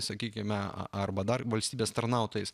sakykime arba dar valstybės tarnautojais